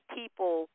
people